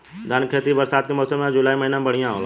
धान के खेती बरसात के मौसम या जुलाई महीना में बढ़ियां होला?